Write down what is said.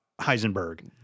Heisenberg